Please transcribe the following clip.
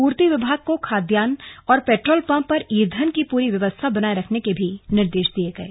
पूर्ति वभाग को खाद्यान्न और पेट्रोल पंप पर ईधन की पूरी व्यवस्था बनाये रखने के निर्देश दिये गये